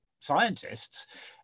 scientists